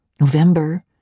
November